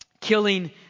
killing